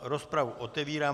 Rozpravu otevírám.